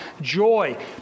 joy